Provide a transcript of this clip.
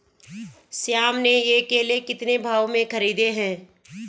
श्याम ने ये केले कितने भाव में खरीदे हैं?